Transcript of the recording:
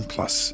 Plus